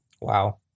Wow